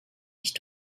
nicht